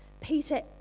Peter